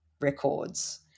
records